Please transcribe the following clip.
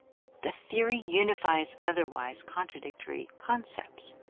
the theory unifies otherwise contradictory concepts.